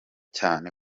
cyane